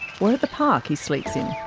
we're at the park he sleeps in.